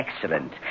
Excellent